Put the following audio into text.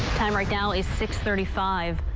time right now is six thirty five.